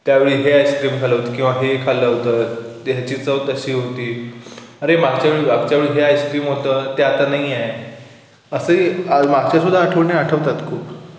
त्या वेळी हे आईस्क्रीम खाल्लं होतं किंवा हे खाल्लं होतं ते ह्याची चव तशी होती अरे मागच्या वेळी मागच्या वेळी हे आईस्क्रीम होतं ते आता नाही आहे असंही आ मागच्यासुद्धा आठवणी आठवतात खूप